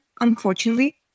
unfortunately